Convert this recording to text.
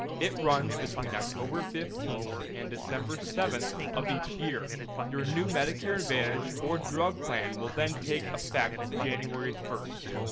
it runs between october fifteenth and december seventh of each year. your new medicare advantage or drug plan will then take effect january first.